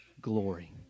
glory